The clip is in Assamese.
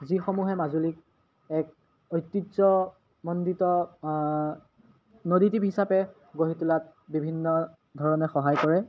যিসমূহে মাজুলীক এক ঐতিহ্যমণ্ডিত নদীদ্বীপ হিচাপে গঢ়ি তোলাত বিভিন্ন ধৰণে সহায় কৰে